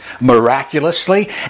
miraculously